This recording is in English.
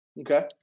Okay